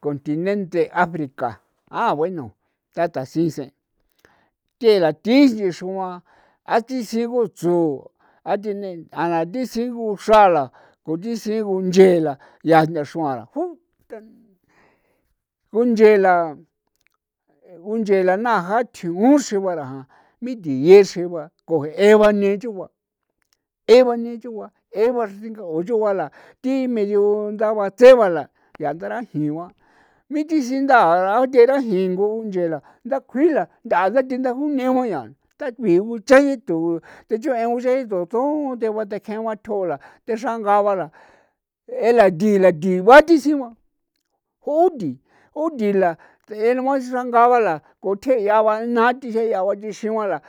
continente africa a bueno tatasise theera thise xruan a thi sigu tsu a ti ne a na thi sigu xra la ku thi sigu nche la, yaa ntha xruan ra juta gunchela gunchela na ja thigu uxri ba ra jan mitiye xre ba ko je'e ba ne'e chugua e ba ne'e chugua xri tsinga chugua la ti medio nda batse ba la yaa ndarajin gua la mithi sinda'ra o the rajin ngu nche la ndakjui la nthaa nda the nda juine ko yaa nda kjuigu cha jethun a unchao ji tun tun thejua teken gua thjola texra ngaa ba la e la nthi la thi gua ti sigua ju'ti ju'thi la t'en ba sangaba la kothje' ya ba na thiye' ya ba thixin gua la.